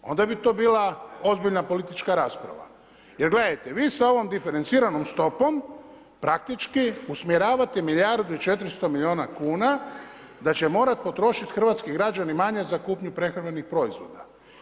Onda bi to bila ozbiljna politička rasprava jer gledajte, vi sa ovom diferenciranom stopom praktički usmjeravate milijardu i 400 milijuna kuna da će morat potrošiti hrvatski građani manje za kupnju prehrambenih proizvoda.